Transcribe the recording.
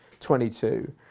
22